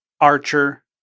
Archer